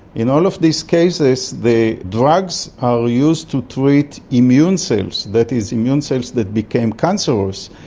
in all of these cases the drugs are used to treat immune cells, that is immune cells that became cancerous.